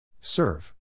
Serve